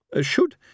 Should